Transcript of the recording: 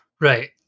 Right